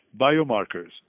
biomarkers